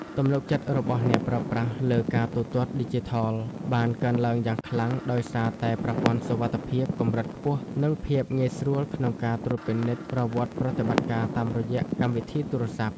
ទំនុកចិត្តរបស់អ្នកប្រើប្រាស់លើការទូទាត់ឌីជីថលបានកើនឡើងយ៉ាងខ្លាំង ដោយសារតែប្រព័ន្ធសុវត្ថិភាពកម្រិតខ្ពស់ និងភាពងាយស្រួលក្នុងការត្រួតពិនិត្យប្រវត្តិប្រតិបត្តិការតាមរយៈកម្មវិធីទូរស័ព្ទ។